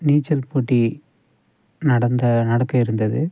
நீச்சல் போட்டி நடந்த நடக்க இருந்தது